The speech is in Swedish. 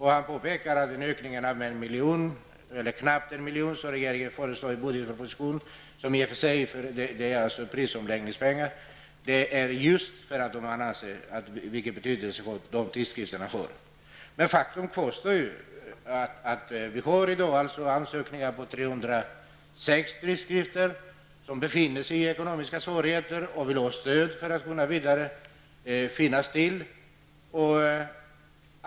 Han påpekar att ökningen med en knapp miljon i prisomläggningspengar som föreslås i budgetpropositionen har att göra med att man tillmäter dessa tidskrifter stor betydelse. Faktum kvarstår dock att vi i dag har ansökningar från 306 tidskrifter, som i dag är i ekonomiska svårigheter och vill ha stöd för att kunna leva vidare.